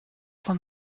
von